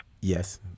Yes